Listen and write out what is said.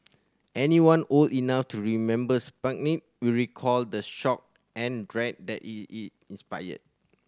anyone old enough to remember Sputnik will recall the shock and dread that it it inspired